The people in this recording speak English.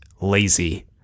lazy